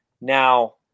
Now